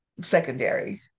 secondary